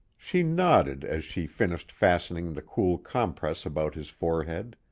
she nodded as she finished fastening the cool compress about his forehead.